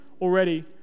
already